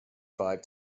five